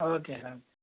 அது ஓகேவா சார்